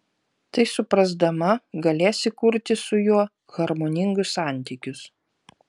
tai suprasdama galėsi kurti su juo harmoningus santykius